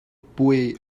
puai